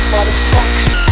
Satisfaction